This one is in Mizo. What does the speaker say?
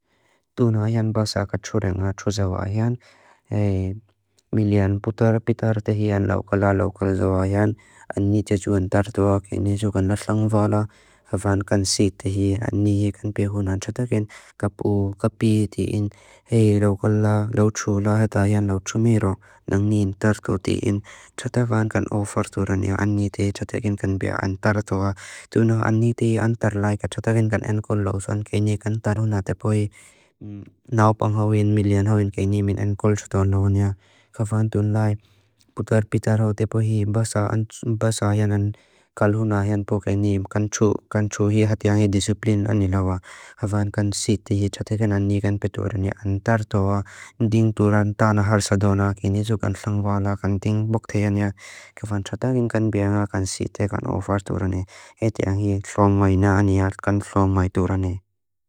Tuna ajan basa ka txurenga txu zaua ajan, hei milian putar pitar tehi an lau kala lau kala zaua ajan, ani tia txu antartua, keni txu kan lalangvala, havan kan sik tehi ani kan pehuna txatagin kapu kapi tiin, hei lau kala lau txu laa heta ajan lau txu miro nang niin tartu tiin, txatavan kan ofarturaniyo ani tehi txatagin kan bea antartua, tuna ani tehi antartu lai ka txatagin kan enkol lau, soan keni kan taruna tepohi naupang hawin, milian hawin, keni min enkol txuturan lau ania, havan tuna lai putar pitar lau tepohi basa, basa janan kaluna, jan po keni kan txu, kan txu hea hatiangi disipline ani lau ajan, havan kan sik tehi txatagin ani kan peturunia antartua, ndin turan tana har sadona, keni txu kan lalangvala, kan ndin boktejania, kevan txatagin kan bea, kan sik tehi, kan ofarturani, hei tiangi txom mai na ani atkan txom mai turani.